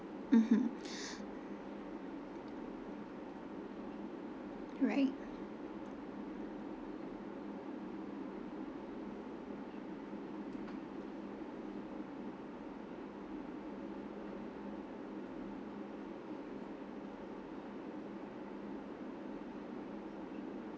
mmhmm right